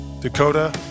Dakota